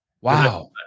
Wow